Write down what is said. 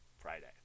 friday